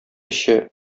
эче